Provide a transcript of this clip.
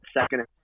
second